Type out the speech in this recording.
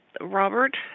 Robert